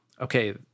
okay